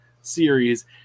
series